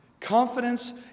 Confidence